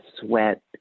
sweat